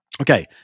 okay